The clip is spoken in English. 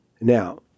Now